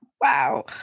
Wow